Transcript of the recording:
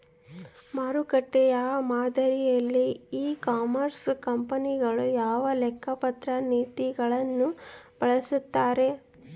ಮಾರುಕಟ್ಟೆ ಮಾದರಿಯಲ್ಲಿ ecommerce ಕಂಪನಿಗಳು ಯಾವ ಲೆಕ್ಕಪತ್ರ ನೇತಿಗಳನ್ನು ಬಳಸುತ್ತಾರೆ?